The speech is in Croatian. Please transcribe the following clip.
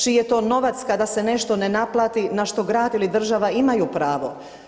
Čiji je to novac kada se nešto ne naplati, na što grad ili država imaju pravo?